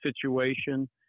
situation